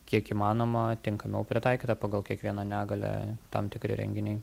kiek įmanoma tinkamiau pritaikyta pagal kiekvieno negalią tam tikri renginiai